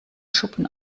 schuppen